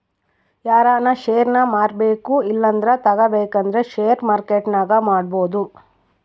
ಯಾರನ ಷೇರ್ನ ಮಾರ್ಬಕು ಇಲ್ಲಂದ್ರ ತಗಬೇಕಂದ್ರ ಷೇರು ಮಾರ್ಕೆಟ್ನಾಗ ಮಾಡ್ಬೋದು